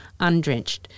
undrenched